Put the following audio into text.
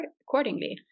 accordingly